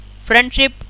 Friendship